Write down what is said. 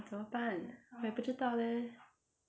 怎么办我也不知道 leh